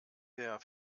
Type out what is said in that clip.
der